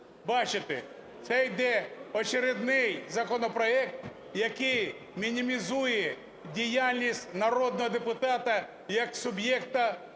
Бачите? Це йде очередний законопроект, який мінімізує діяльність народного депутата як суб'єкта